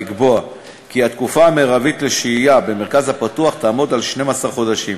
לקבוע כי התקופה המרבית לשהייה במרכז הפתוח תהיה 12 חודשים.